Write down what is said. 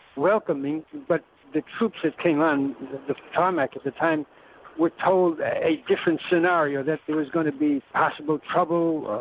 welcoming, but the troops that came on the tarmac at the time were told a different scenario, that there was going to be possible trouble,